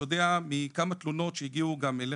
יודע מכמה תלונות שהגיעו גם אליך,